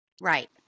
Right